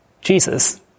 Jesus